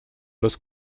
los